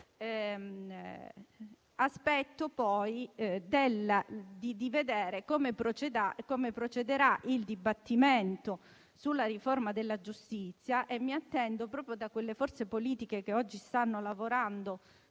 aspetto di vedere come procederà il dibattimento sulla riforma della giustizia. E mi attendo, proprio da quelle forze politiche che oggi stanno lavorando